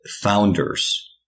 founders